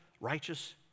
righteous